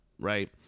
right